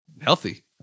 healthy